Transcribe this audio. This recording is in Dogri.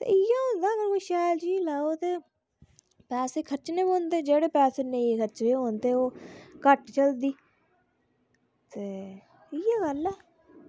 ते इंया इंया होंदा कि तुस शैल चीज़ लाओ तां असें खर्चना पौंदे जोह्का घट्ट चलदी ते इयै गल्ल ऐ